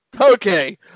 Okay